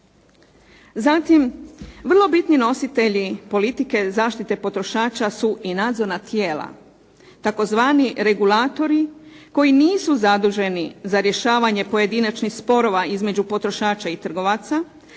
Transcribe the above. Zatim, vrlo bitni nositelji politike zaštite potrošača su i nadzorna tijela, tzv. regulatori koji nisu zaduženi za rješavanje pojedinačnih sporova između potrošača i trgovaca,